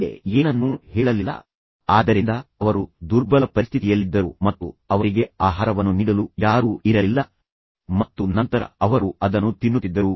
ತಂದೆ ಏನನ್ನೂ ಹೇಳಲಿಲ್ಲ ಆದ್ದರಿಂದ ಅವರು ದುರ್ಬಲ ಪರಿಸ್ಥಿತಿಯಲ್ಲಿದ್ದರು ಮತ್ತು ಅವರಿಗೆ ಆಹಾರವನ್ನು ನೀಡಲು ಯಾರೂ ಇರಲಿಲ್ಲ ಮತ್ತು ನಂತರ ಅವರು ಅದನ್ನು ತಿನ್ನುತ್ತಿದ್ದರು